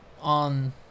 on